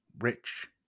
rich